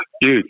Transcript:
Dude